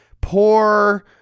poor